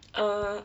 err